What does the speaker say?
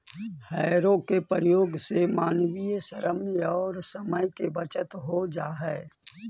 हौरो के प्रयोग से मानवीय श्रम औउर समय के बचत हो जा हई